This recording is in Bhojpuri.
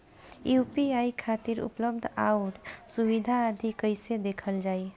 यू.पी.आई खातिर उपलब्ध आउर सुविधा आदि कइसे देखल जाइ?